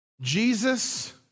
Jesus